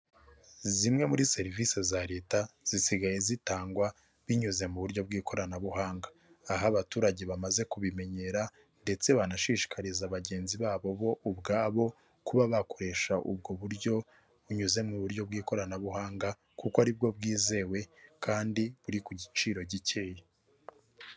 Zimwe muri serivisi za leta zisigaye zitangwa binyuze mu buryo bw'ikoranabuhanga, aho abaturage bamaze kubimenyera ndetse banashishikariza bagenzi babo bo ubwabo kuba bakoresha ubwo buryo bunyuze mu buryo bw'ikoranabuhanga kuko aribwo bwizewe kandi buri ku giciro gikeya.